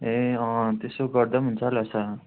ए अँ अँ त्यसो गर्दा पनि हुन्छ होला सर